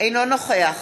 אינו נוכח